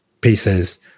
pieces